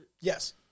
Yes